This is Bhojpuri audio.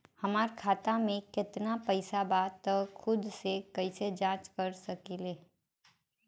हमार खाता में केतना पइसा बा त खुद से कइसे जाँच कर सकी ले?